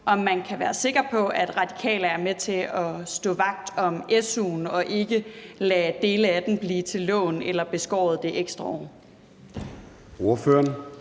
om man kan være sikker på, at Radikale er med til at stå vagt om su'en og ikke lade dele af den blive til lån eller få det ekstra år